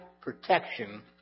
protection